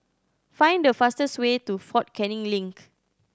find the fastest way to Fort Canning Link